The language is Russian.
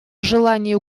желании